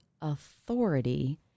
authority